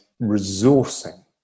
resourcing